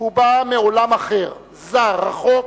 הוא בא מעולם אחר, זר, רחוק,